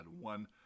one